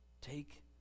take